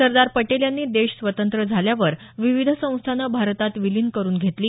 सरदार पटेल यांनी देश स्वतंत्र झाल्यावर विविध संस्थानं भारतात विलीन करून घेतली